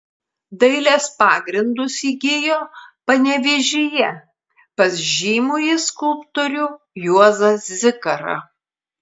dailės pagrindus įgijo panevėžyje pas žymųjį skulptorių juozą zikarą